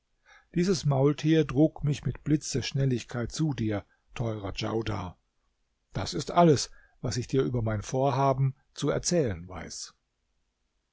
dieses maultier trug mich mit blitzesschnelligkeit zu dir teurer djaudar das ist alles was ich dir über mein vorhaben zu erzählen weiß